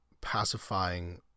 pacifying